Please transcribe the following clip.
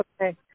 Okay